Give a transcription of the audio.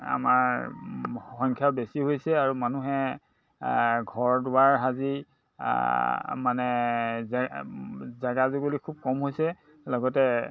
আমাৰ সংখ্যাও বেছি হৈছে আৰু মানুহে ঘৰ দুৱাৰ সাজি মানে জে জেগা জুগুলী খুব কম হৈছে লগতে